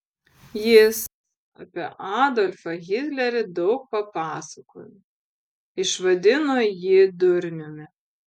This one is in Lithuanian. jis apie adolfą hitlerį daug papasakojo išvadino jį durniumi